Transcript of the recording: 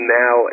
now